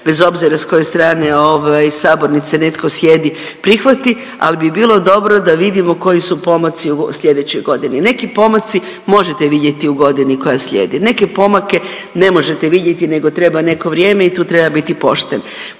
bez obzira s koje strane sabornice netko sjedi prihvati, ali bi bilo dobro da vidimo koji su pomaci u sljedećoj godini. Neki pomaci možete vidjeti u godini koja slijede, neke pomake ne možete vidjeti nego treba neko vrijeme i tu treba biti pošten.